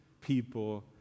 people